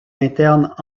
internes